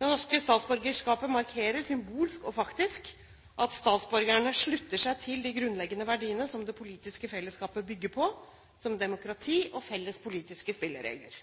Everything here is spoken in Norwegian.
Det norske statsborgerskapet markerer, symbolsk og faktisk, at statsborgerne slutter seg til de grunnleggende verdiene som det politiske fellesskapet bygger på, som demokrati og felles politiske spilleregler.